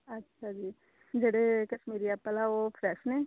ਅੱਛਾ ਜੀ ਜਿਹੜੇ ਕਸ਼ਮੀਰੀ ਐਪਲ ਆ ਉਹ ਫਰੈੱਸ਼ ਨੇ